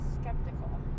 skeptical